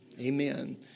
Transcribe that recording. Amen